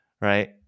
right